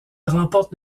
remporte